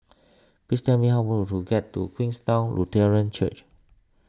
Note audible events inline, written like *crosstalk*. please tell me how *unintelligible* get to Queenstown Lutheran Church